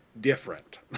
different